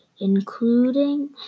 including